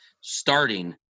starting